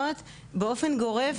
בדיקה?